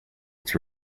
its